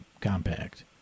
compact